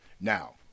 Now